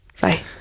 Bye